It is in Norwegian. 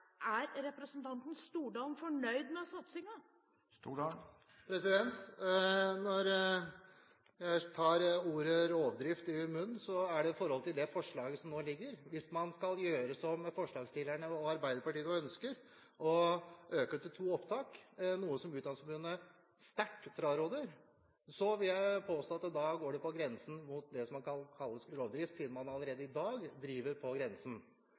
Er representanten Stordalen fornøyd med satsingen? Når jeg tar ordet «rovdrift» i min munn, er det ut fra det forslaget som nå foreligger. Hvis man skal gjøre som forslagsstillerne og Arbeiderpartiet nå ønsker, å øke til to opptak, noe som Utdanningsforbundet sterkt fraråder, vil jeg påstå at det grenser mot det som kan kalles rovdrift, siden man allerede i dag driver på grensen.